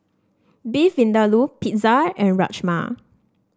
Beef Vindaloo Pizza and Rajma